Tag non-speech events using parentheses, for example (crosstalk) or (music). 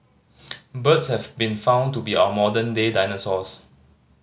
(noise) birds have been found to be our modern day dinosaurs